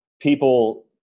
people